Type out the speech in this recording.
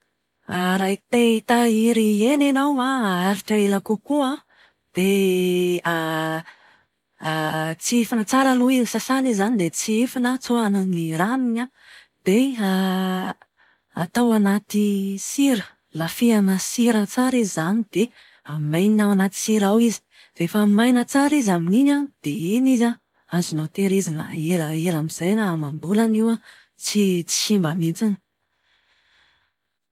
Raha te-hitahiry hena ianao an, haharitra ela kokoa an, dia tsihifina tsara aloha izy. Sasana izy izany dia tsihifina an, tsoahina ny ranony an, dia atao anaty sira. Lafihana sira tsara izy izany. Dia amainina ao anaty sira ao izy. Rehefa maina tsara izy amin'iny an, dia iny izy an azonao tahirizina elaela amin'izay. Na amam-bola io an, tsy simba mihitsiny.